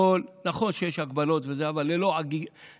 נכון שיש הגבלות וזה, אבל ללא חקיקה,